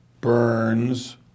Burns